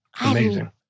Amazing